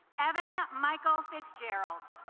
evan michael fitzgerald